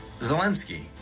Zelensky